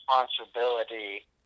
responsibility